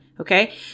Okay